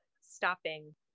stopping